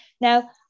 Now